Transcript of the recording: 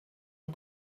een